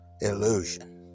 illusion